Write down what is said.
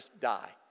die